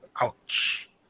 Ouch